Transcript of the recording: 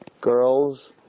girls